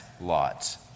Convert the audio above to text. lots